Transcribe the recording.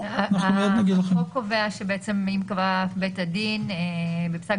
החוק קובע שבעצם שאם קבע בית הדין בפסק